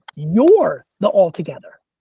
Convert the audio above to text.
you're the all together.